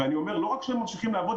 ולא רק שהם ממשיכים לעבוד,